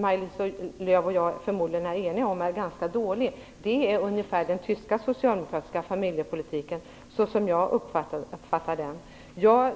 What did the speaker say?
Maj-Lis Lööw och jag förmodligen är eniga om är ganska dålig, är ungefär den tyska socialdemokratiska familjepolitiken såsom jag uppfattar den. Jag